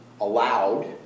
allowed